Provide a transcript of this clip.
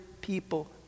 people